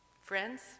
Friends